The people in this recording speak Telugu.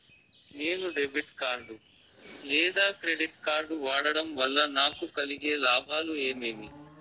నేను డెబిట్ కార్డు లేదా క్రెడిట్ కార్డు వాడడం వల్ల నాకు కలిగే లాభాలు ఏమేమీ?